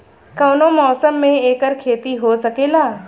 कवनो मौसम में एकर खेती हो सकेला